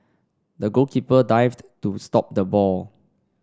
the goalkeeper dived to stop the ball